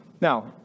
Now